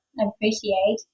appreciate